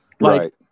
right